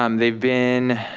um they've been,